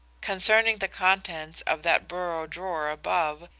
concerning the contents of that bureau-drawer above,